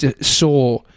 saw